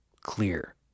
clear